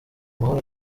mahoro